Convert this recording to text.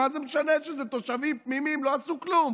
מה זה משנה שאלה תושבים תמימים, לא עשו כלום?